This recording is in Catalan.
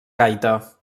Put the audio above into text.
gaita